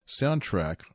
soundtrack